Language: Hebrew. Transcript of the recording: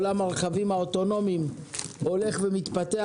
עולם הרכבים האוטונומיים הולך ומתפתח,